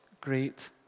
great